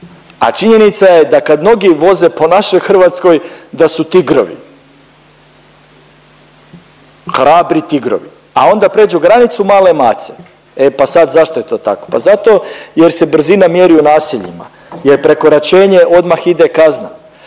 A činjenica je da kad mnogi voze po našoj Hrvatskoj da su tigrovi, hrabri tigrovi, a ona pređu granicu male mace. E pa sad zašto je to tako? Pa zato jer se brzina mjeri u naseljima, jer prekoračenje odmah ide kazna,